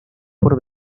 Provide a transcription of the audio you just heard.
por